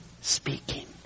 speaking